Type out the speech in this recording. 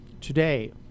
today